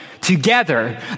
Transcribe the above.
Together